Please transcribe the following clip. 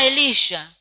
Elisha